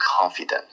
confident